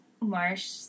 Marsh